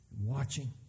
watching